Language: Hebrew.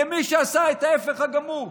למי שעשה את ההפך הגמור,